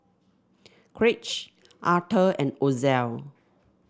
Craig Arthur and Ozell